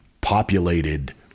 populated